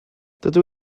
dydw